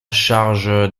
charge